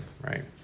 right